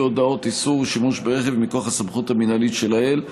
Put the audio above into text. הודעות איסור שימוש ברכב מכוח הסמכות המינהלית שלעיל.